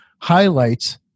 highlights